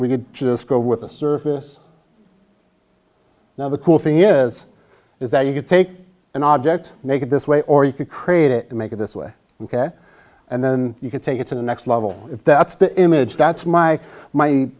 we could just go with a surface now the cool thing is is that you could take an object and make it this way or you could create it and make it this way ok and then you could take it to the next level if that's the image that's my my